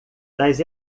das